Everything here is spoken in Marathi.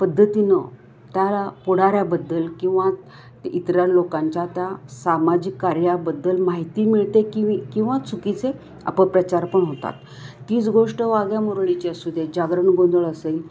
पद्धतीनं त्याला पुढाऱ्याबद्दल किंवा इतर लोकांच्या त्या सामाजिक कार्याबद्दल माहिती मिळते कि किंवा चुकीचे अपप्रचार पण होतात तीच गोष्ट वाघ्या मुरळीची असू दे जागरण गोंधळ असेल